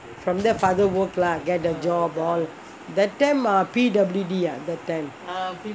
from there father work lah get the job all that time P_W_D ah that time